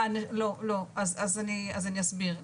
אני אסביר.